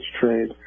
trade